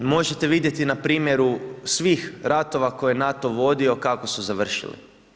Možete vidjeti na primjeru svih ratova koje je NATO vodio kako su završili.